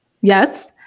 Yes